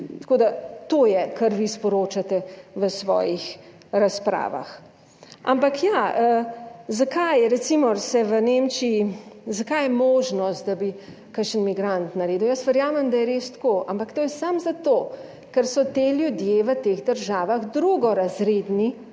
Tako da to je, kar vi sporočate v svojih razpravah. Ampak ja, zakaj recimo se v Nemčiji, zakaj je možnost, da bi kakšen migrant naredil? Jaz verjamem, da je res tako, ampak to je samo zato, ker so ti ljudje v teh državah drugorazredni